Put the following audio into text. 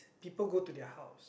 people go to their house